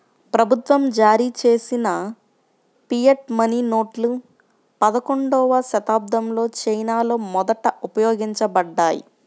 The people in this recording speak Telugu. ప్రభుత్వం జారీచేసిన ఫియట్ మనీ నోట్లు పదకొండవ శతాబ్దంలో చైనాలో మొదట ఉపయోగించబడ్డాయి